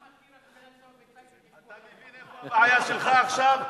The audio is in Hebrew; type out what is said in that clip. למה טירה, אתה מבין איפה הבעיה שלך עכשיו?